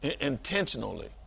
Intentionally